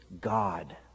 God